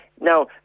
Now